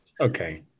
Okay